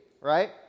right